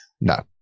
No